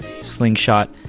Slingshot